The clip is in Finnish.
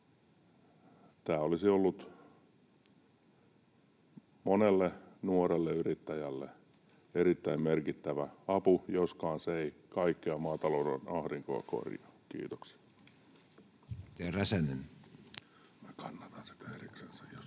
Tämä olisi ollut monelle nuorelle yrittäjälle erittäin merkittävä apu, joskaan se ei kaikkea maatalouden ahdinkoa korjaa. — Kiitoksia.